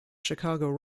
chicago